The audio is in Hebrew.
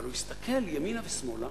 אבל הוא הסתכל ימינה ושמאלה